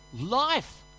life